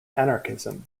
anarchism